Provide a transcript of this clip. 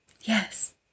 Yes